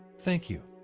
thank you.